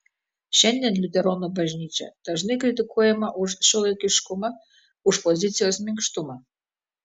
šiandien liuteronų bažnyčia dažnai kritikuojama už šiuolaikiškumą už pozicijos minkštumą